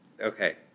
Okay